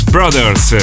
Brothers